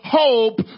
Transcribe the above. hope